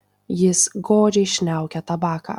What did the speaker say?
jis godžiai šniaukia tabaką